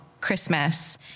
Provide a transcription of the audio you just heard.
Christmas